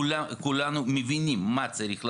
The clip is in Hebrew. כולם מבינים מה צריך לעשות,